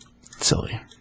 Silly